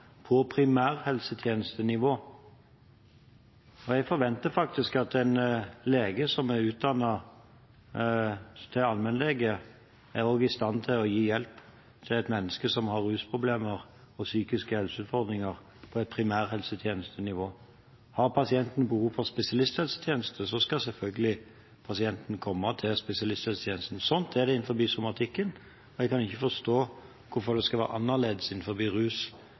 på primærhelsetjenestenivå. Jeg forventer faktisk at en lege som er utdannet til allmennlege, også er i stand til å gi hjelp til et menneske som har rusproblemer og psykiske helseutfordringer, på et primærhelsetjenestenivå. Har pasienten behov for spesialisthelsetjeneste, skal pasienten selvfølgelig komme til spesialisthelsetjenesten. Slik er det innen somatikken, og jeg kan ikke forstå hvorfor det skal være annerledes innen feltene rus